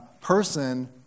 person